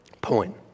point